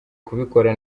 kubikora